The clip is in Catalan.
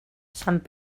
sant